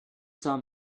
saw